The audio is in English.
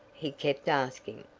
he kept asking,